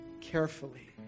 carefully